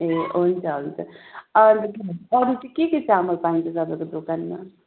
ए हुन्छ हुन्छ अन्त अरू चाहिँ के के चामल पाइन्छ तपाईँको दोकानमा